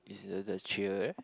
it's the the cheer